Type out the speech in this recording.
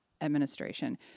administration